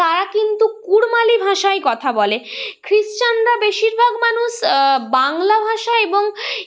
তারা কিন্তু কুর্মালী ভাষায় কথা বলে খ্রিশ্চানরা বেশিরভাগ মানুষ বাংলা ভাষা এবং